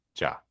Ja